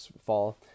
fall